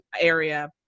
area